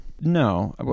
No